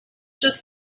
just